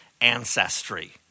ancestry